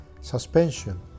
suspension